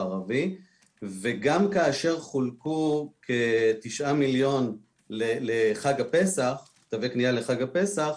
וגם כאשר חולקו כ-9 מיליון בתווי קנייה לחג הפסח,